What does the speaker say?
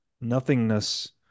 nothingness